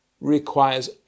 requires